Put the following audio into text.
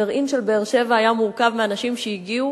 הגרעין של באר-שבע היה מורכב מאנשים שהגיעו